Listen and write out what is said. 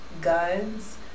guns